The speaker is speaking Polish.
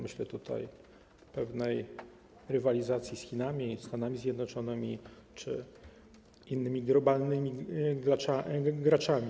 Myślę tutaj o pewnej rywalizacji z Chinami, ze Stanami Zjednoczonymi czy z innymi globalnymi graczami.